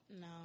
No